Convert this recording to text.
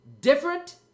different